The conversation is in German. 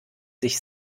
sich